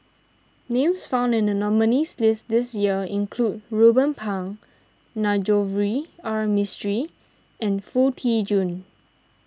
names found in the nominees' list this year include Ruben Pang Navroji R Mistri and Foo Tee Jun